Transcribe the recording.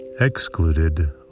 excluded